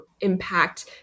impact